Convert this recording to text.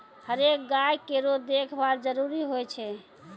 हरेक गाय केरो देखभाल जरूरी होय छै